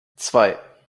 zwei